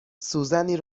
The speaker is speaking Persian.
سوزنی